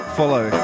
follow